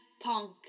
Punk